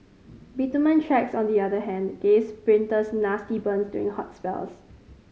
bitumen tracks on the other hand gave sprinters nasty burns during hot spells